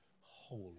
holy